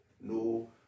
no